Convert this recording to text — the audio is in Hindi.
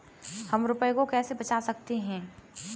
हम रुपये को कैसे बचा सकते हैं?